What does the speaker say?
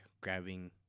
grabbing